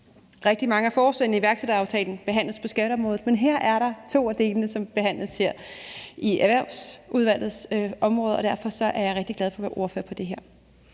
Rigtig mange af forslagene i iværksætteraftalen behandles på skatteområdet, men her er der to af delene, som behandles på Erhvervsudvalgets område, så derfor er jeg rigtig glad for at være ordfører på det her.